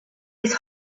his